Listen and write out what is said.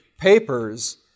papers